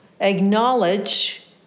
acknowledge